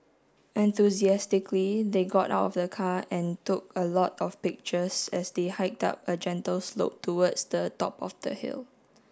enthusiastically they got out of the car and took a lot of pictures as they hiked up a gentle slope towards the top of the hill